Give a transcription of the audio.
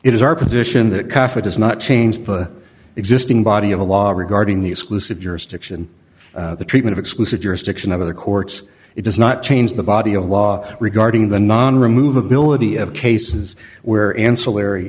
is our position that cafe does not change the existing body of a law or regarding the exclusive jurisdiction of the treatment exclusive jurisdiction of the courts it does not change the body of law regarding the non remove ability of cases where